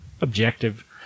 objective